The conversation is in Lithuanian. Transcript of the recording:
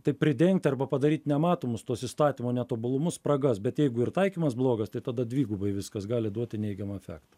taip pridengti arba padaryt nematomus tuos įstatymo netobulumus spragas bet jeigu ir taikymas blogas tai tada dvigubai viskas gali duoti neigiamą efektą